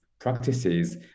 practices